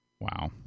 Wow